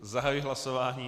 Zahajuji hlasování.